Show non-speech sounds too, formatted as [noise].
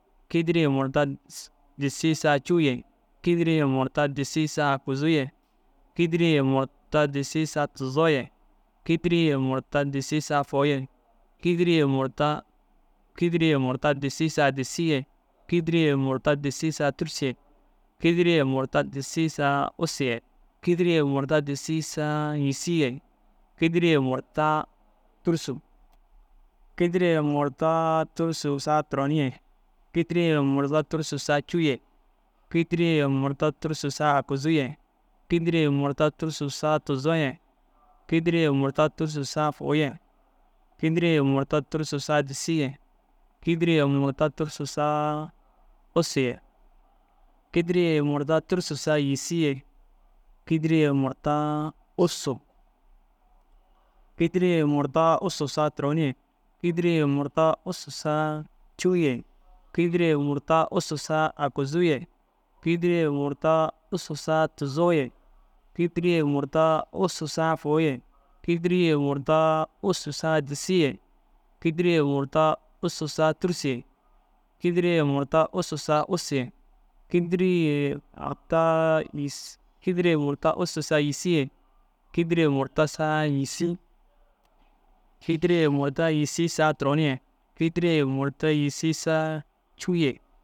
Kîdiri ye murta dis- disii saa cûu ye, kîdiri ye murta disii saa akuzuu ye, kîdiri ye murta disii saa tuzoo ye, kîdiri ye murta disii saa fôu ye, kîdiri ye murta kîdiri ye murta disii saa disii ye, kîdiri ye murta disii saa tûrusu ye, kîdiri ye murta disii saa ussu ye, kîdiri ye murta disii saa yîsii ye, kîdiri ye murta tûrusu. Kîdiri ye murtaa tûrusu saa turon ye, kîdiri ye murta tûrusu saa cûu ye, kîdiri ye murta tûrusu saa akuzuu ye, kîdiri ye murta tûrusu saa tuzoo ye, kîdiri ye murta tûrusu saa fôu ye, kîdiri ye murta tûrusu saa disii ye, kîdiri ye murta tûrusu saa ussu ye, kîdiri ye murta tûrusu saa yîsii ye, kîdiri ye murtaa ussu. Kîdiri ye murta ussu saa turoni ye, kîdiri ye murta ussu saa cûu ye, kîdiri ye murta ussu saa akuzuu ye, kîdiri ye murta ussu saa fôu ye, kîdiri ye murta ussu saa disii ye, kîdiri ye murta ussu saa tûrusu ye, kîdiri ye murta ussu saa ussu ye, kîdiri ye murtaa yîsii [hesitation] kîdiri ye murta ussu saa yîsii ye, kîdiri ye murta saa yîsii. Kîdiri ye murta yîsii saa turon ye, kîdiri ye murta yîsii saa cûu ye.